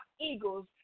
eagles